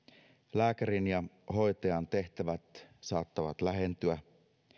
lääkärin ja hoitajan tehtävät saattavat lähentyä